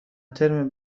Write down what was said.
ترم